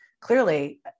clearly